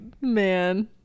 Man